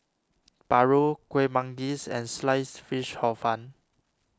Paru Kueh Manggis and Sliced Fish Hor Fun